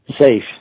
safe